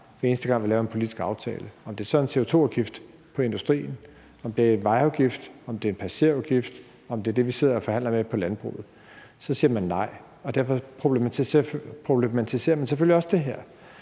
hver eneste gang vi laver en politisk aftale. Om det så er en CO2-afgift på industrien, om det er en vejafgift, om det er en passagerafgift, eller om det er det, vi sidder og forhandler om med landbruget, så siger man nej, og derfor problematiserer man selvfølgelig også det her.